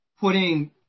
putting